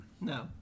No